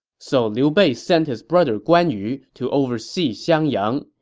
so liu bei sent his brother guan yu to oversee xiangyang.